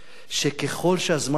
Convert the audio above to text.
שככל שהזמן חולף